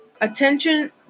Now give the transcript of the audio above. Attention